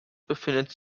befindet